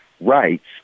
rights